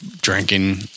drinking